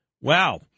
Wow